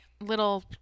little